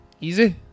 Easy